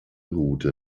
route